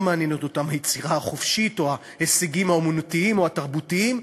לא מעניינים אותם היצירה החופשית או ההישגים האמנותיים או התרבותיים,